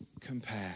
compare